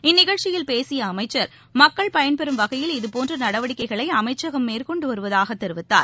இந்நிகழ்ச்சியில் பேசிய அமைச்சர் மக்கள் பயன்பெறும் வகையில் இதபோன்ற நடவடிக்கைகளை அமைச்சகம் மேற்கொண்டு வருவதாகத் தெரிவித்தார்